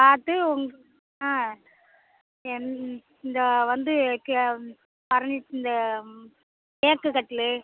பார்த்து உங்கள் ஆ என் இந்த வந்து க வி இந்த தேக்கு கட்டிலு